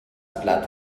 blatt